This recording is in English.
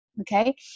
okay